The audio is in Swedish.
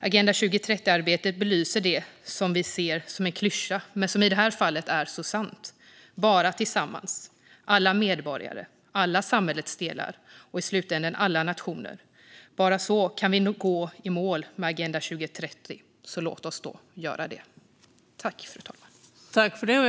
Agenda 2030-arbetet belyser det som vissa ser som en klyscha men som i det här fallet är så sant: Bara tillsammans - alla medborgare, alla samhällets delar och i slutänden alla nationer - kan vi gå i mål med Agenda 2030. Låt oss då göra det.